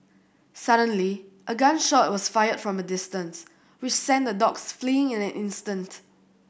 suddenly a gun shot was fired from a distance which sent the dogs fleeing in an instant